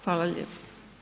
Hvala lijepa.